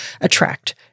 attract